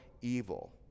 evil